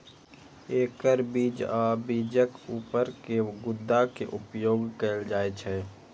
एकर बीज आ बीजक ऊपर के गुद्दा के उपयोग कैल जाइ छै